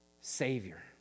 Savior